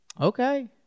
Okay